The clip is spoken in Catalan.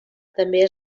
també